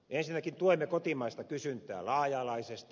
ensinnäkin tuemme kotimaista kysyntää laaja alaisesti